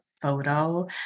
photo